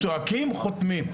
צועקים וחותמים.